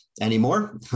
anymore